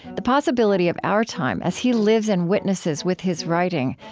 the possibility of our time, as he lives and witnesses with his writing,